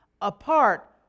apart